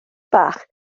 bach